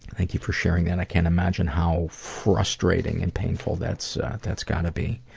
thank you for sharing that. i can't imagine how frustrating and painful that's that's gotta be.